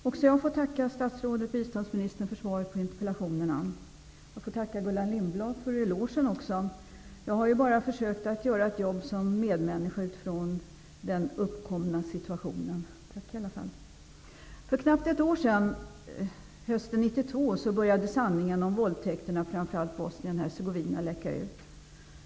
Fru talman! Även jag vill tacka biståndsministern för svaret på interpellationerna. Låt mig också tacka Gullan Lindblad för elogen. Jag har bara försökt att göra ett jobb som medmänniska i den uppkommna situationen. Tack i alla fall! För knappt ett år sedan, hösten 1992, började sanningen om våldtäkterna i framför allt Bosnien Hercegovina läcka ut.